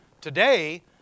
Today